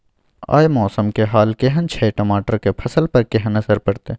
आय मौसम के हाल केहन छै टमाटर के फसल पर केहन असर परतै?